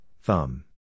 thumb